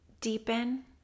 deepen